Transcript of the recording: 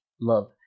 love